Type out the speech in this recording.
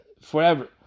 forever